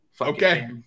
Okay